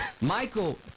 Michael